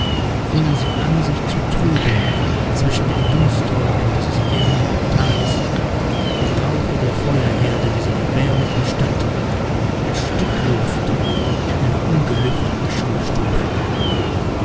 fingen sie an sich zu trüben zwischen den dunstwolken dieses ärmlichen tales dem rauche der feuerherde dieser erbärmlichen stadt der stickluft einer ungelüfteten schulstube